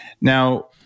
Now